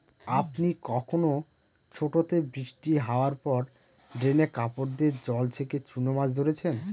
আপনি কখনও ছোটোতে বৃষ্টি হাওয়ার পর ড্রেনে কাপড় দিয়ে জল ছেঁকে চুনো মাছ ধরেছেন?